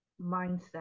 mindset